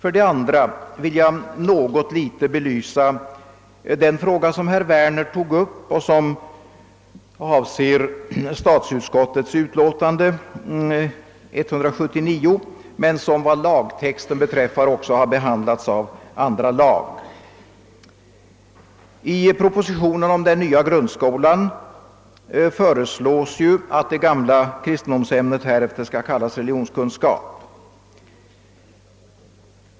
Vidare vill jag något litet belysa den fråga som herr Werner tog upp och som avser statsutskottets utlåtande nr 179 men som vad lagtexten beträffar också har behandlats av andra lagutskottet. I propositionen om den nya grundskolan föreslås att det gamla kristendomsämnet hädanefter skall kallas religionskunskap.